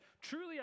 truly